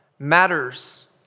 matters